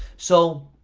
so,